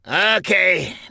Okay